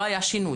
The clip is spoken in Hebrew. לא היה שינוי.